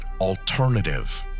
alternative